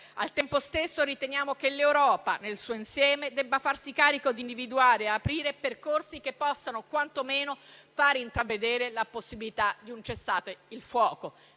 Al tempo stesso, riteniamo che l'Europa, nel suo insieme, debba farsi carico di individuare e aprire percorsi che possano far intravedere la possibilità di un cessate il fuoco